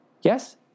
Yes